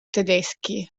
tedeschi